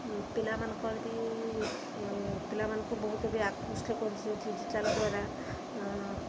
ପିଲାମାନଙ୍କର ବି ପିଲାମାନଙ୍କୁ ବହୁତ ବି ଆକୃଷ୍ଟ କରୁଛି ଡିଜିଟାଲ୍ ଦ୍ୱାରା